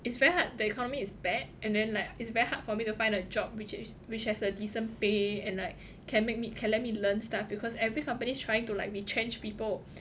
it's very hard the economy is bad and then like it's very hard for me to find a job which is which has a decent pay and like can make me can let me learn stuff because every company is trying to like retrench people